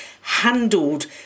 handled